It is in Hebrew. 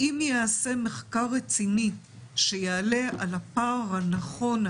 אם ייעשה מחקר רציני שיעלה על הפער הנכון,